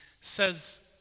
says